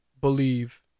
believe